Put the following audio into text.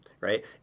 right